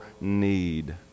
need